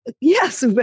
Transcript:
yes